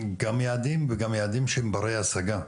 גם יעדים וגם יעדים שהם ברי השגה,